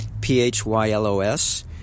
P-H-Y-L-O-S